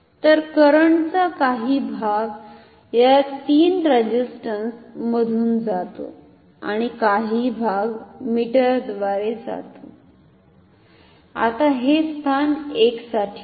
तर करंट चा काही भाग या 3 रेझिस्टंस मधून जातो आणि काही भाग मीटरद्वारे जातो आता हे स्थान 1 साठी आहे